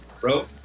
bro